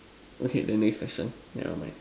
okay then next session never mind